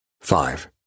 Five